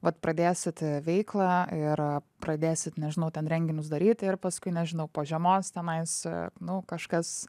vat pradėsit veiklą ir pradėsit nežinau ten renginius daryti ir paskui nežinau po žiemos tenais nu kažkas